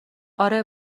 آره